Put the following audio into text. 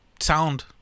sound